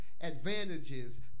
advantages